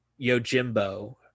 Yojimbo